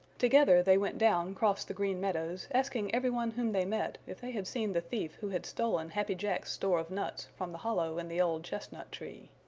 together they went down cross the green meadows asking every one whom they met if they had seen the thief who had stolen happy jack's store of nuts from the hollow in the old chestnut tree.